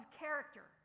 character